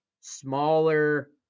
smaller